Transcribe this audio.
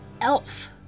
Elf